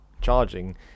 charging